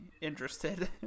interested